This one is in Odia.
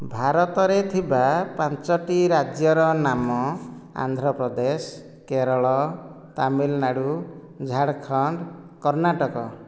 ଭାରତରେ ଥିବା ପାଞ୍ଚୋଟି ରାଜ୍ୟର ନାମ ଆନ୍ଧ୍ରପ୍ରଦେଶ କେରଳ ତାମିଲନାଡ଼ୁ ଝାରଖଣ୍ଡ କର୍ଣ୍ଣାଟକ